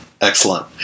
excellent